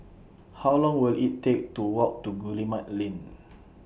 How Long Will IT Take to Walk to Guillemard Lane